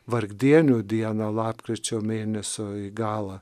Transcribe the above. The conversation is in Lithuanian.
vargdienių dieną lapkričio mėnesio į galą